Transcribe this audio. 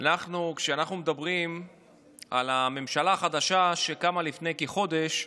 כשאנחנו מדברים על הממשלה החדשה שקמה לפני כחודש,